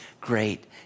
great